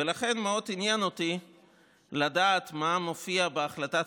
ולכן מאוד עניין אותי מה מופיע בהחלטת